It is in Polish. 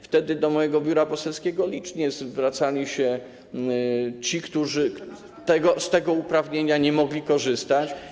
Wtedy do mojego biura poselskiego licznie zwracali się ci, którzy z tego uprawnienia nie mogli korzystać.